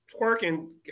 twerking